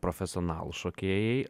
profesionalūs šokėjai